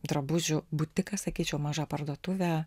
drabužių butiką sakyčiau mažą parduotuvę